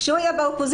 כשהוא היה באופוזיציה,